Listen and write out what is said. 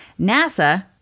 NASA